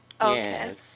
Yes